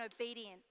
obedient